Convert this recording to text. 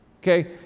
Okay